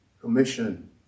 commission